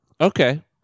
okay